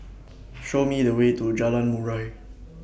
Show Me The Way to Jalan Murai